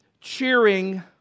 cheering